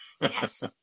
Yes